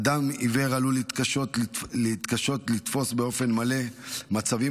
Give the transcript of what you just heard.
אדם עיוור עלול להתקשות לתפוס באופן מלא מצבים